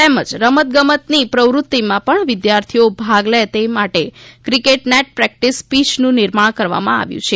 તેમજ રમત ગમતની પ્રવૃત્તિમાં પણ વિદ્યાર્થીઓ ભાગ લે તે માટે ક્રિકેટ નેટ પ્રેકટીસ પીયનું નિર્માણ કરવામાં આવ્યું છે